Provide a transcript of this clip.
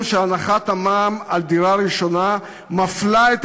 משום שהנחת המע"מ על דירה ראשונה מפלה את